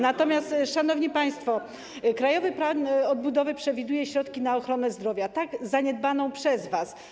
Natomiast, szanowni państwo, krajowy plan odbudowy przewiduje środki na ochronę zdrowia, tak zaniedbaną przez was.